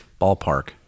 ballpark